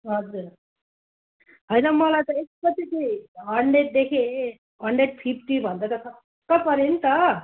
हजुर होइन मलाई त एक्कैचोटि हन्ड्रेडदेखि हन्ड्रेड फिफ्टी भन्दा त छक्क परे नि त